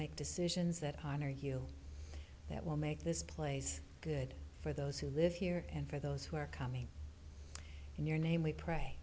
make decisions that honor you that will make this place good for those who live here and for those who are coming in your name we pray